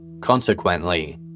Consequently